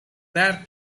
better